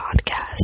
podcast